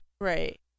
Right